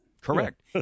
Correct